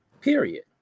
period